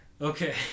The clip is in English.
Okay